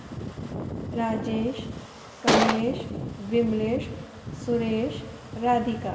Rajesh Kamlesh Vimlesh Suresh Radhika